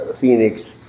Phoenix